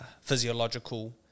Physiological